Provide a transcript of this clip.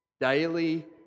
Daily